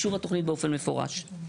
שנותנים באופן מפורש.